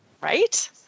Right